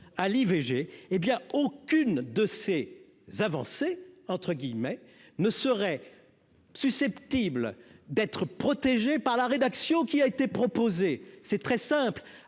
à l'IVG, hé bien, aucune de ces avancées entre guillemets ne serait susceptible d'être protégé par la rédaction, qui a été proposé, c'est très simple,